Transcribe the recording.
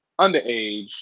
underage